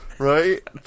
Right